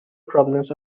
problems